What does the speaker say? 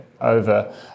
over